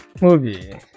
Movie